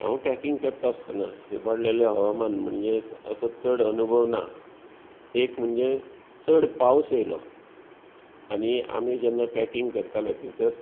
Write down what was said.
हांव ट्रेकींग करता आसतना इबाडलेल्या हवामान म्हणजेंच असो चड अनुभव ना एक म्हणजे चड पावस येयलो आनी आमी जेन्ना ट्रेकींग करताले थंयसर